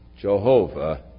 Jehovah